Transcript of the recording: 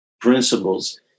principles